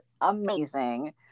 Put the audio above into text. amazing